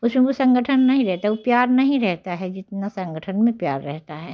उसमें वो संगठन नहीं रहता वो प्यार नहीं रहता है जितना संगठन में प्यार रहता है